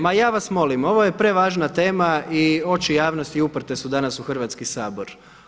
Ma ja vas molim, ovo je prevažna tema i oči javnosti uprte su danas u Hrvatski sabor.